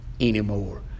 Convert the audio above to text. anymore